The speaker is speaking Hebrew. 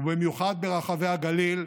ובמיוחד ברחבי הגליל,